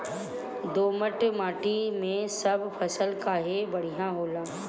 दोमट माटी मै सब फसल काहे बढ़िया होला?